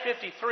53